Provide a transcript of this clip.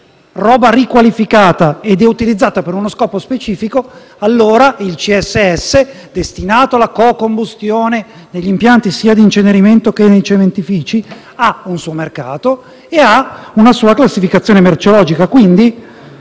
roba riqualificata ed è utilizzata per uno scopo specifico, allora il CSS, destinato alla co-combustione sia negli impianti di incenerimento che nei cementifici, ha un suo mercato e ha una sua classificazione merceologica.